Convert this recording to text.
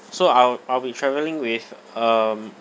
so I'll I'll be travelling with um